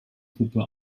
puppe